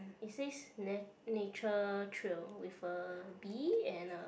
it says na~ nature trail with a bee and a